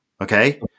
okay